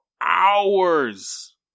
hours